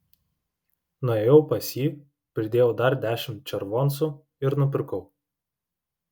nuėjau pas jį pridėjau dar dešimt červoncų ir nupirkau